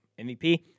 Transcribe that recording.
MVP